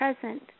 present